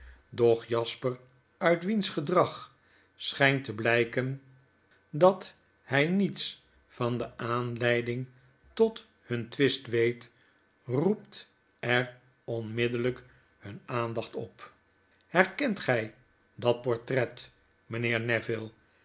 doch jasper uit wiens gedrag schynt te blyken dat hy niets van de aanleiding tot hun twist weet roept er onmiddellijk hunne aandacht op herkent gij dat portret mynheer